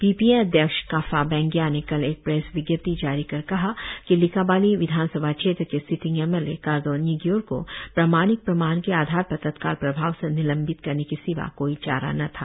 P P A अध्यक्ष काफा बेंगिया ने कल एक प्रेस विज्ञपति जारी कर कहा कि लिकाबाली विधान सभा क्षेत्र के sitting M L A Kardo Nyigyor को प्रामाणिक प्रमाण के आधार पर तत्काल प्रभाव से निलंबित करने के सिवा कोई चारा न था